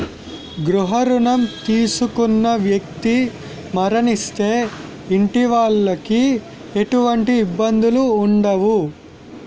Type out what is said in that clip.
గృహ రుణం తీసుకున్న వ్యక్తి మరణిస్తే ఇంటి వాళ్లకి ఎటువంటి ఇబ్బందులు ఉండవు